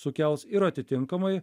sukels ir atitinkamai